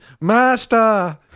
Master